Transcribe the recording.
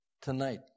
tonight